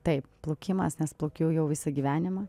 taip plaukimas nes plaukiau jau visą gyvenimą